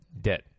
debt